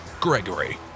Gregory